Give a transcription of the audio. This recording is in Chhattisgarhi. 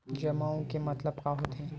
जमा आऊ के मतलब का होथे?